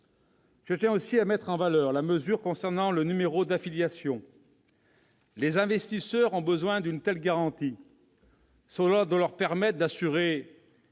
Je tiens aussi à mettre en valeur la mesure concernant le numéro d'affiliation. Les investisseurs ont besoin d'une telle garantie, qui doit leur permettre d'assurer